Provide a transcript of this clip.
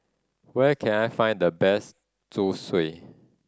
where can I find the best Zosui